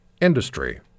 industry